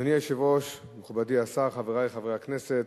אדוני היושב-ראש, מכובדי השר, חברי חברי הכנסת,